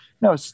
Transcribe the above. No